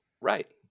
Right